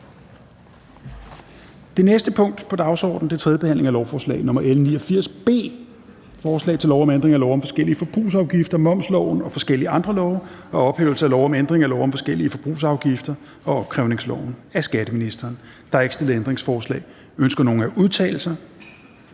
Det næste punkt på dagsordenen er: 16) 3. behandling af lovforslag nr. L 89 B: Forslag til lov om ændring af lov om forskellige forbrugsafgifter, momsloven og forskellige andre love og ophævelse af lov om ændring af lov om forskellige forbrugsafgifter og opkrævningsloven. (Indførelse af afgift på nikotinprodukter,